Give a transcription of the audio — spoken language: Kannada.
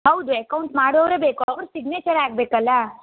ಹೌದು ಅಕೌಂಟ್ ಮಾಡೋವ್ರೇ ಬೇಕು ಅವರ ಸಿಗ್ನೇಚರ್ ಆಗಬೇಕಲ್ಲ